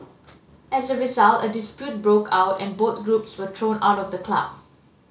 as a result a dispute broke out and both groups were thrown out of the club